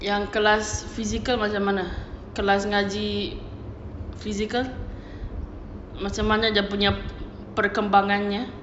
yang kelas physical macam mana kelas ngaji physical macam mana dia punya perkembangannya